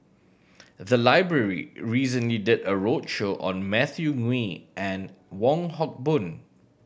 the library recently did a roadshow on Matthew Ngui and Wong Hock Boon